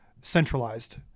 centralized